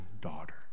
daughter